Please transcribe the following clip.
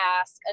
ask